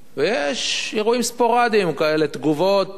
ויש אירועים ספוראדיים, כאלה תגובות,